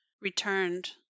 returned